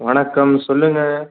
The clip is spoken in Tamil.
வணக்கம் சொல்லுங்க